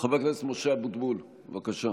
חבר הכנסת משה אבוטבול, בבקשה.